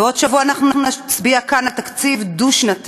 בעוד שבוע אנחנו נצביע כאן על תקציב דו-שנתי.